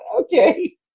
okay